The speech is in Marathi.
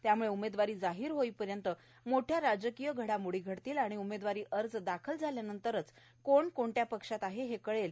त्याम्ळं उमेदवारी जाहीर होई र्यंत मोठ्या राजकीय घडामोडी घडतील आणि उमेदवारी अर्ज दाखल झाल्यानंतर कोण कोणत्या क्षात आहे कळेल